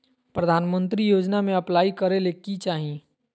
प्रधानमंत्री योजना में अप्लाई करें ले की चाही?